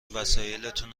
وسایلاتون